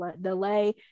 delay